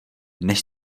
než